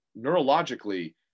neurologically